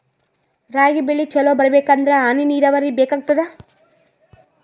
ರಾಗಿ ಬೆಳಿ ಚಲೋ ಬರಬೇಕಂದರ ಹನಿ ನೀರಾವರಿ ಬೇಕಾಗತದ?